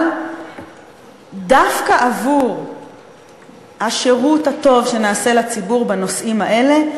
אבל דווקא עבור השירות הטוב שנעשה לציבור בנושאים האלה,